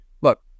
look